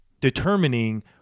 determining